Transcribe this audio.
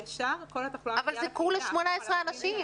ישר כל התחלואה --- אבל זה כולה 18 אנשים.